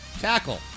tackle